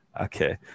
okay